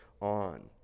on